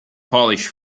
polish